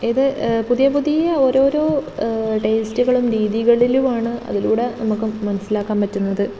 ഇത് പുതിയ പുതിയ ഓരോരോ ടേസ്റ്റ്കളും രീതികളിലും ആണ് അതിലൂടെ നമുക്ക് മനസ്സിലാക്കാൻ പറ്റുന്നത്